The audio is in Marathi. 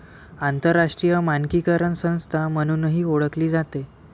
आंतरराष्ट्रीय मानकीकरण संस्था म्हणूनही ओळखली जाते